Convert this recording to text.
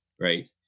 right